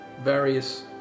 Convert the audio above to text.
various